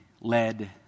led